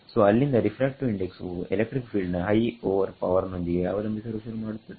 ಸೋಅಲ್ಲಿಂದ refractive index ವು electric field ನ high over power ನೊಂದಿಗೆ ಅವಲಂಬಿಸಲು ಶುರುಮಾಡುತ್ತದೆ